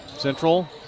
Central